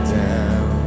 down